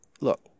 look